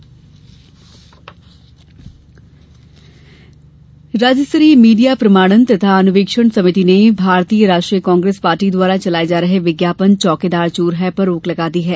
विज्ञापन रोक राज्य स्तरीय मीडिया प्रमाणन तथा अनुवीक्षण समिति ने भारतीय राष्ट्रीय काँग्रेस पार्टी द्वारा चलाये जा रहे विज्ञापन चौकीदार चोर है पर रोक लगा दी है